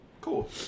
Cool